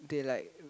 they like